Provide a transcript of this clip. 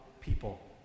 people